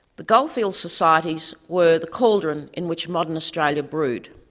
the goldfields societies were the cauldron in which modern australia brewed.